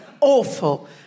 awful